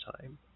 time